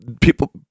People